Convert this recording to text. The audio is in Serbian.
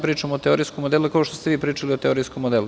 Pričam vam o teorijskom modelu, kao što ste vi pričali o teorijskom modelu.